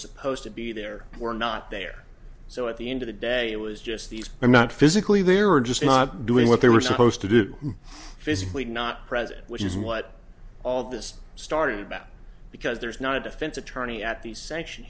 supposed to be there were not there so at the end of the day it was just these i'm not physically there or just not doing what they were supposed to do physically not present which is what all of this started about because there's not a defense attorney at the sanction